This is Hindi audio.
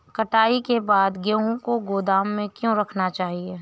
कटाई के बाद गेहूँ को गोदाम में क्यो रखना चाहिए?